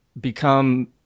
become